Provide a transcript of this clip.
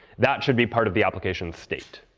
that should be part of the application state.